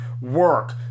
work